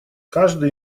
каждый